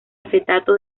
acetato